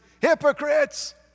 Hypocrites